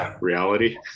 reality